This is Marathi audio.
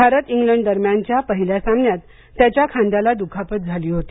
भारत इंग्लंड दरम्यानच्या पहिल्या सामन्यात त्याच्या खांद्याला दुखापत झाली होती